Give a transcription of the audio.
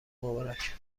مبارک